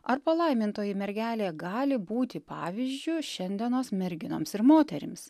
ar palaimintoji mergelė gali būti pavyzdžiu šiandienos merginoms ir moterims